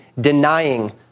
denying